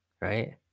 right